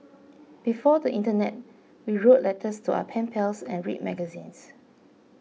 before the internet we wrote letters to our pen pals and read magazines